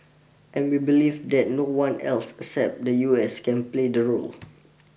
and we believe that no one else except the U S can play the role